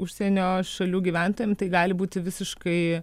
užsienio šalių gyventojam tai gali būti visiškai